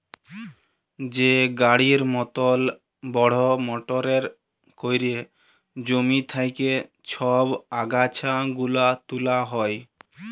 যে গাড়ির মতল বড়হ মটরে ক্যইরে জমি থ্যাইকে ছব আগাছা গুলা তুলা হ্যয়